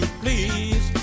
please